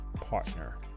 partner